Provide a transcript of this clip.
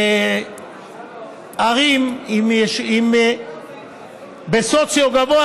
לערים בסוציו גבוה,